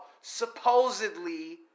supposedly